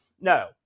No